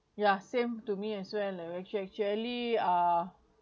yeah same to me as well like ac~ actually uh